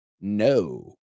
No